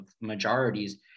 majorities